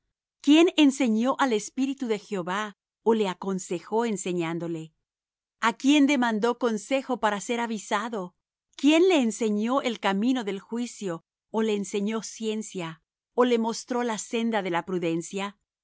quién enseñó al espíritu de jehová ó le aconsejo enseñándole a quién demandó consejo para ser avisado quién le enseñó el camino del juicio ó le enseñó ciencia ó le mostró la senda de la prudencia